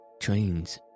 trains